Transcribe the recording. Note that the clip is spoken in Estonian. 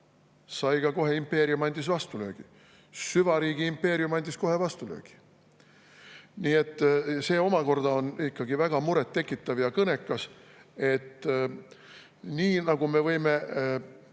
näeme, kohe impeerium andis vastulöögi. Süvariigi impeerium andis kohe vastulöögi. See omakorda on ikkagi väga murettekitav ja kõnekas. Nii nagu me võime,